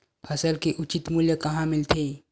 फसल के उचित मूल्य कहां मिलथे?